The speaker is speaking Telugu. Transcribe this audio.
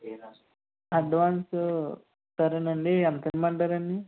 అడ్వాన్స్ సరేనండీ ఎంత ఇమ్మంటారు అండి